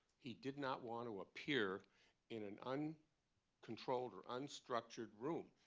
he did not want to appear in an and uncontrolled or unstructured room.